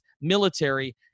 military